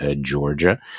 Georgia